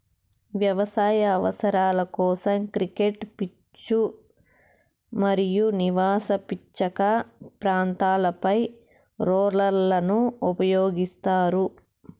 వ్యవసాయ అవసరాల కోసం, క్రికెట్ పిచ్లు మరియు నివాస పచ్చిక ప్రాంతాలపై రోలర్లను ఉపయోగిస్తారు